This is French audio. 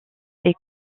est